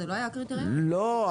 לא.